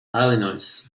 illinois